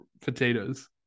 potatoes